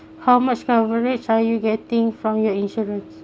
how much coverage are you getting from your insurance